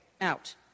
out